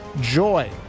Joy